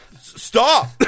stop